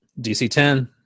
DC-10